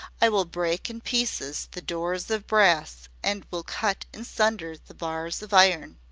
i will break in pieces the doors of brass and will cut in sunder the bars of iron